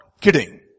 kidding